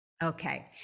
Okay